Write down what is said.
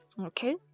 Okay